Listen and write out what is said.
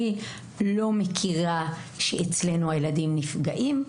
אני לא מכירה שאצלנו הילדים נפגעים.